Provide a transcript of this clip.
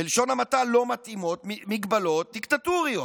מתאימות, בלשון המעטה, מגבלות דיקטטוריות,